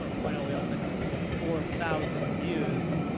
ah point out, we also have almost four thousand views.